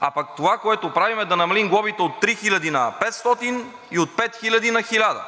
а пък това, което правим, е да намалим глобите от 3000 на 500, и от 5000 на 1000,